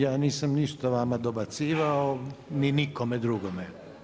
Ja nisam ništa vama dobacivao ni nikome drugome.